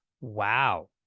Wow